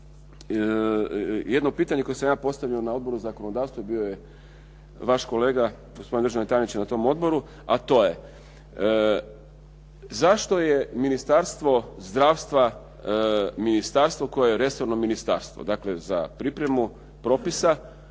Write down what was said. jedno pitanje koje sam ja postavio na Odboru zakonodavstva i bio je vaš kolega, gospodine državni tajniče na tom odboru, a to je zašto je Ministarstvo zdravstva ministarstvo koje je resorno ministarstvo, dakle za pripremu propisa